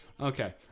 okay